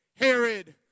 Herod